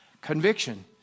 conviction